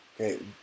Okay